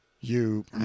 you—